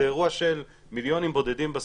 זה אירוע של מיליונים בודדים בסוף.